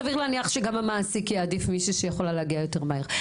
סביר להניח שגם המעסיק יעדיף מי שיכולה להגיע יותר מהר.